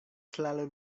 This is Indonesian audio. selalu